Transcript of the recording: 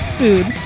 food